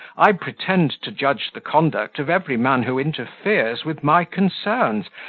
i pretend to judge the conduct of every man who interferes with my concerns,